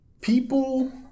People